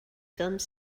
films